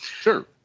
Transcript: sure